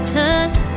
time